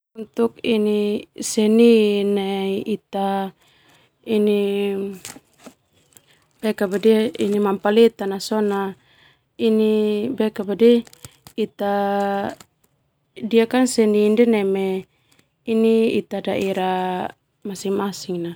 Untuk seni nai ita manapaleta na sona neme ini ita daerah masing masing na.